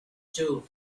two